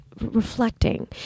reflecting